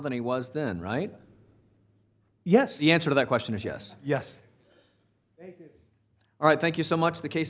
than he was then right yes the answer to that question is yes yes all right thank you so much the case